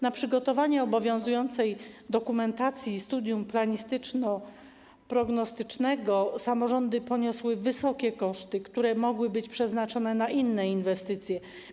Na przygotowanie obowiązującej dokumentacji studium planistyczno-prognostycznego samorządy poniosły wysokie koszty, które mogły być przeznaczone na inne inwestycje.